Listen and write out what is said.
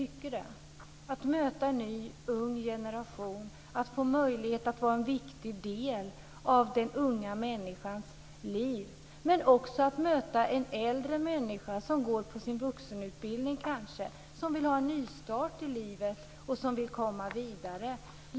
En lärare får möta en ny ung generation och får möjlighet att vara en viktig del av en ung människas liv. Men en lärare får också möjlighet att möta en äldre människa som går på sin vuxenutbildning, kanske vill ha en nystart i livet och komma vidare.